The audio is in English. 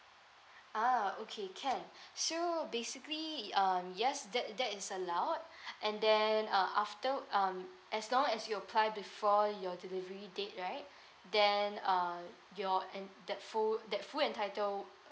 ah okay can so basically um yes that that is allowed and then uh after um as long as you apply before your delivery date right then uh you're en~ that full that full entitled